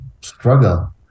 struggle